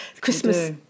christmas